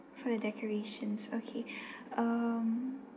for the decorations okay um